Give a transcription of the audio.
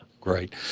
Great